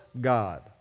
God